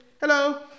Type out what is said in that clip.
hello